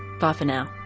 bye for now